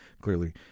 clearly